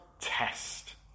test